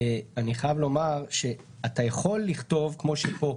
אני חייב לומר שאתה יכול לכתוב כמו שפה,